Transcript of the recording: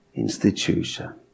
institution